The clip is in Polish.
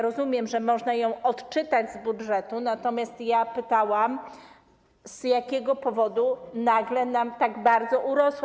Rozumiem, że można ją odczytać z budżetu, natomiast pytałam, z jakiego powodu nagle nam tak bardzo urosła.